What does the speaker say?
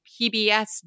PBS